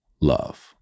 love